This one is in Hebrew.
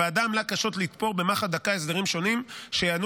הוועדה עמלה קשות לתפור במחט דקה הסדרים שונים שיענו